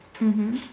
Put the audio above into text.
mmhmm